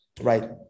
right